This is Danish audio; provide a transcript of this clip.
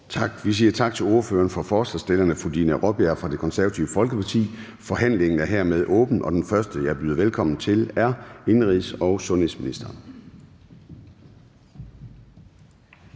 Vi siger tak til ordføreren for forslagsstillerne, fru Dina Raabjerg fra Det Konservative Folkeparti. Forhandlingen er hermed åbnet, og den første, jeg byder velkommen til, er indenrigs- og sundhedsministeren.